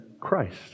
Christ